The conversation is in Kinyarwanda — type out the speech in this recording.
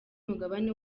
umugabane